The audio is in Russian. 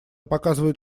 показывает